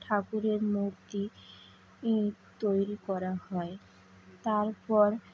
ঠাকুরের মূর্তি তৈরি করা হয় তারপর